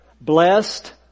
blessed